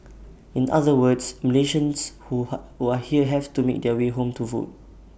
in other words Malaysians who are here have to make their way home to vote